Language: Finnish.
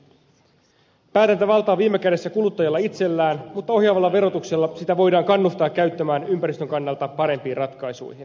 päätäntävalta on viime kädessä kuluttajalla itsellään mutta ohjaavalla verotuksella sitä voidaan kannustaa käyttämään ympäristön kannalta parempiin ratkaisuihin